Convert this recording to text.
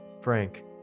Frank